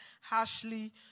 harshly